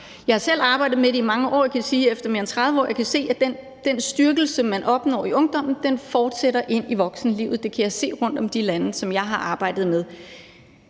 Jeg har selv arbejdet med det i mange år, og jeg kan sige efter mere end 30 år, at jeg kan se, at den styrkelse, man opnår i ungdommen, fortsætter ind i voksenlivet. Det kan jeg se rundtom i de lande, som jeg har arbejdet med.